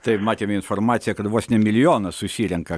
taip matėme informaciją kad vos ne milijonas susirenka